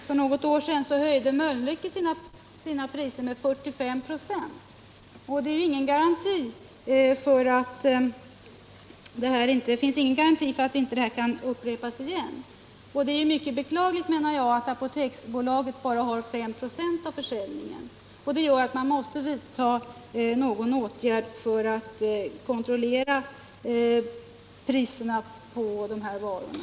För något år sedan höjde Mölnlycke sina priser med 45 96, och det finns ingen garanti för att det inte upprepas. Det är mycket beklagligt att Apoteksbolaget bara har 5 96 av försäljningen, men därför måste man också vidta någon åtgärd för att kontrollera priserna på de här varorna.